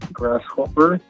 grasshopper